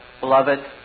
beloved